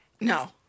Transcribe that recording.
No